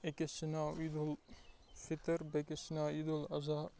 أکِس چھُ ناوعیدالفطر بیٚیہِ کِس چھُ ناو عیدالاضحیٰ